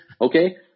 okay